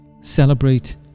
Celebrate